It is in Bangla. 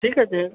ঠিক আছে